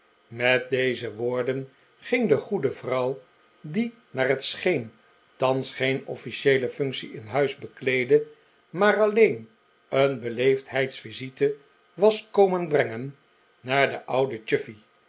met deze woorden ging de goede vrouw die naar het scheen thans geen officieele functie in huis bekleedde maar alleen een beleefdheidsvisite was komen brengen naar den ouden